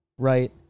Right